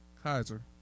Kaiser